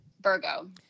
Virgo